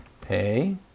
Pay